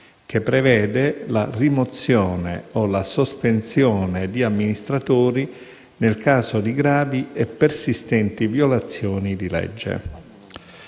che prevede la rimozione o sospensione di amministratori nel caso di gravi e persistenti violazioni di legge.